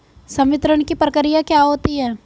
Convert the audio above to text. संवितरण की प्रक्रिया क्या होती है?